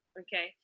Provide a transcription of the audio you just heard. okay